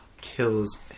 kills